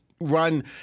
run